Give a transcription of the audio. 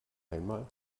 einmal